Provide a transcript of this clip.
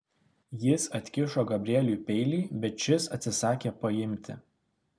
jis atkišo gabrieliui peilį bet šis atsisakė paimti